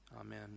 Amen